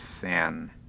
sin